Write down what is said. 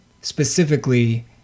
specifically